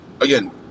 Again